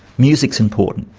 music's important,